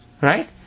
Right